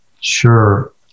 Sure